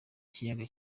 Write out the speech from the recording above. kiyaga